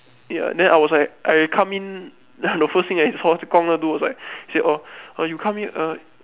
ya then I was like I come in then the first thing I saw Guang-Lu got do was like orh oh you come in err